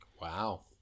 wow